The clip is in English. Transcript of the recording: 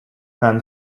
pan